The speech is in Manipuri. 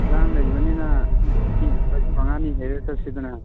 ꯏꯔꯥꯡ ꯂꯩꯕꯅꯤꯅ ꯉꯁꯤ ꯃꯔꯤ ꯃꯉꯥꯅꯤ ꯂꯩꯔꯒ ꯆꯠꯁꯤꯗꯅ